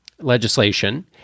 legislation